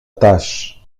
tâche